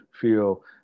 feel